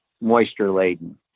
moisture-laden